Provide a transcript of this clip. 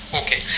okay